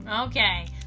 Okay